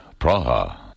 Praha